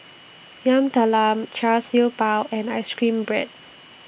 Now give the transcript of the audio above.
Yam Talam Char Siew Bao and Ice Cream Bread